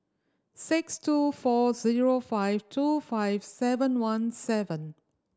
six two four zero five two five seven one seven